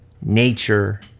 nature